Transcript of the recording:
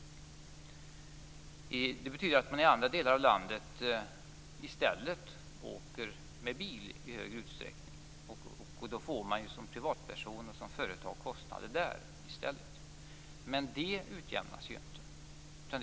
Det betyder att man i andra delar av landet i större utsträckning åker med bil. Då får man som privatperson eller som företag kostnader där i stället. Men det utjämnas ju inte.